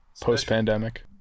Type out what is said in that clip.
post-pandemic